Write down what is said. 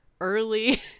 early